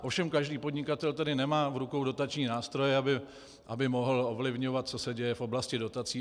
Ovšem každý podnikatel tady nemá v rukou dotační nástroje, aby mohl ovlivňovat, co se děje v oblasti dotací.